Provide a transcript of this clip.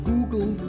Google